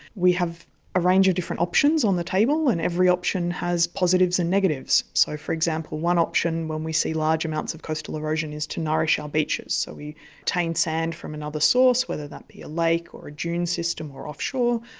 we have a range of different options on the table and every option has positives and negatives. so, for example, one option when we see large amounts of coastal erosion is to nourish our ah beaches. so we attain sand from another source, whether that be a lake or a dune system or offshore,